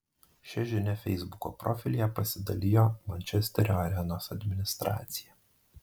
šia žinia feisbuko profilyje pasidalijo mančesterio arenos administracija